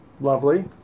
Lovely